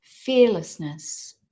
Fearlessness